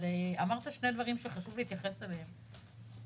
אמרת שני דברים שחשוב להתייחס אליהם.